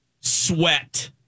sweat